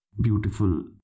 beautiful